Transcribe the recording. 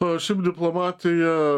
o šiaip diplomatija